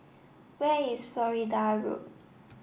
where is Florida Road